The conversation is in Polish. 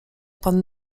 pan